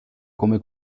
come